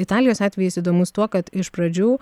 italijos atvejis įdomus tuo kad iš pradžių